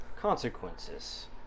consequences